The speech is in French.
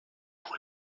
pour